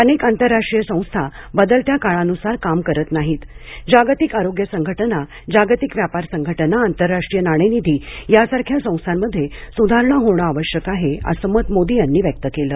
अनेक आंतरराष्ट्रीय संस्था बदलत्या काळानुसार काम करत नाहीत जागतिक आरोग्य संघटना जागतिक व्यापार संघटना आंतरराष्ट्रीय नाणेनिधी यासारख्या संस्थामध्ये सुधारणा होणे आवश्यक आहे असं मत मोदी यांनी व्यक्त केलं